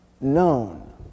known